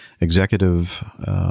executive